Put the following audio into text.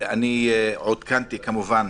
עודכנתי, כמובן,